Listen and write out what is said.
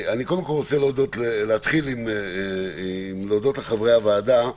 קודם כול, אני רוצה להתחיל בלהודות לחברי הוועדה.